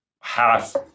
half